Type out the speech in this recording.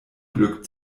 glück